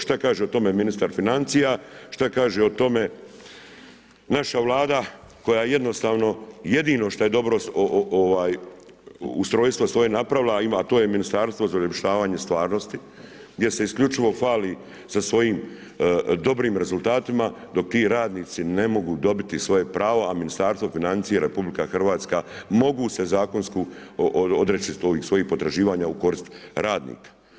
Šta kaže o tome ministar financija, šta kaže o tome naša Vlada koja jednostavno jedino što je dobro ustrojstvo svoje napravila a ima to je ministarstvo za uljepšavanje stvarnosti gdje se isključivo hvali sa svojim dobrim rezultatima dok ti radnici ne mogu dobiti svoja pravo a Ministarstvo financija i RH mogu se zakonski odreći svojih potraživanja u korist radnika.